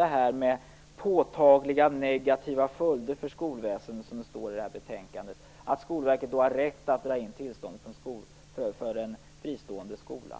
Det gäller de påtagliga negativa följder för skolväsendet som nämns i betänkandet, och att Skolverket i dessa fall har rätt att dra in tillståndet för en fristående skola.